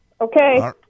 Okay